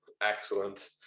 excellent